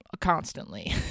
constantly